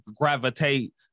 gravitate